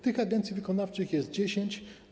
Tych agencji wykonawczych jest 10.